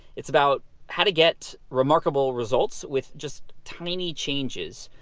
it's about how to get remarkable results with just tiny changes.